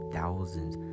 thousands